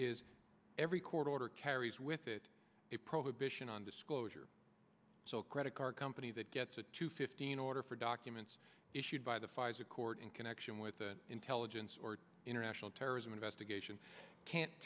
is every court order carries with it a prohibition on disclosure so a credit card company that gets a two fifteen order for documents issued by the pfizer court in connection with an intelligence or international terrorism investigation can't